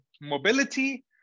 mobility